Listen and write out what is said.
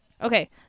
okay